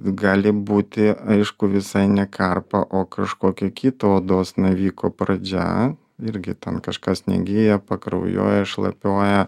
gali būti aišku visai ne karpa o kažkokio kito odos naviko pradžia irgi ten kažkas negyja pakraujuoja šlapiuoja